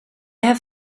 have